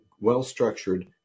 well-structured